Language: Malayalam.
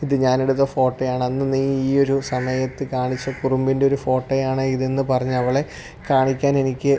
ഇത് ഞാനെടുത്ത ഫോട്ടോയാണന്ന് നീ ഈ ഒരു സമയത്ത് കാണിച്ച കുറുമ്പിൻ്റെ ഫോട്ടോയാണ് ഇതെന്ന് പറഞ്ഞവളെ കാണിക്കാനെനിക്ക്